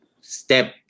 step